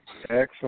excellent